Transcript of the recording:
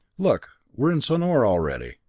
look we're in sonor already!